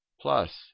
plus